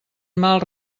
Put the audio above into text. mal